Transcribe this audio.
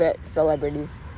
celebrities